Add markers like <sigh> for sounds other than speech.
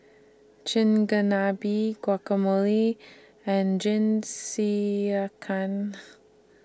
Chigenabe Guacamole and <unintelligible>